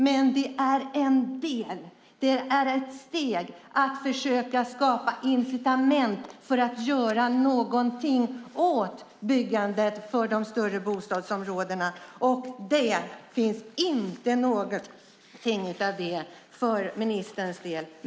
Men det är en del, ett steg för att försöka skapa incitament för att göra någonting åt de större bostadsområdena. Från ministern får vi ingenting av detta.